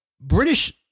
British